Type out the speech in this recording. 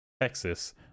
Texas